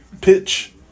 pitch